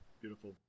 Beautiful